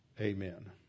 Amen